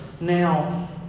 now